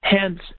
Hence